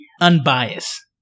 unbiased